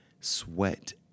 sweat